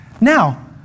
Now